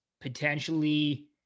potentially